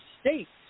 states